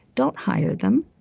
don't hire them.